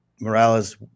Morales